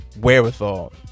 wherewithal